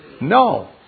No